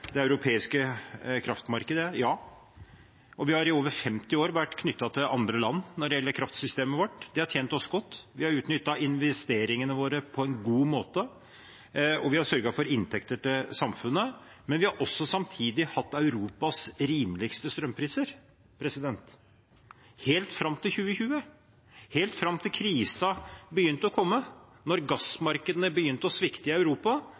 det europeiske kraftmarkedet. Vi har i over 50 år vært knyttet til andre land når det gjelder kraftsystemet vårt. Det har tjent oss godt. Vi har utnyttet investeringene våre på en god måte. Vi har sørget for inntekter til samfunnet, men vi har samtidig også hatt Europas rimeligste strømpriser helt fram til 2020, helt fram til krisen begynte. Da gassmarkedene begynt å svikte i Europa,